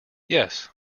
yes